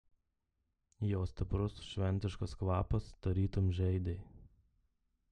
jo stiprus šventiškas kvapas tarytum žeidė